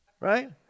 right